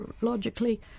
logically